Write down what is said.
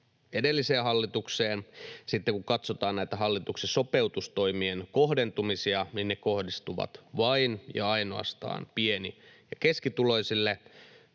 edelliseen hallitukseen. Sitten kun katsotaan näitä hallituksen sopeutustoimien kohdentumisia, niin ne kohdistuvat vain ja ainoastaan pieni‑ ja keskituloisille.